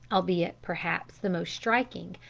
albeit perhaps the most striking,